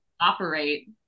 operate